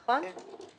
נכון?